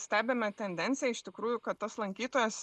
stebime tendenciją iš tikrųjų kad tas lankytojas